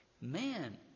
man